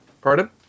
Pardon